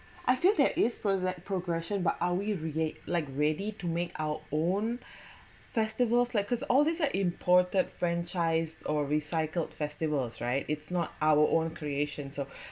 I feel that is presen~ progression but are we reat~ like ready to make our own festivals like because all these are imported franchise or recycled festivals right it's not our own creations of